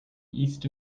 east